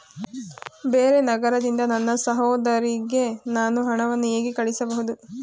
ಬೇರೆ ನಗರದಿಂದ ನನ್ನ ಸಹೋದರಿಗೆ ನಾನು ಹಣವನ್ನು ಹೇಗೆ ಕಳುಹಿಸಬಹುದು?